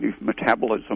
metabolism